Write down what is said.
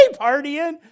partying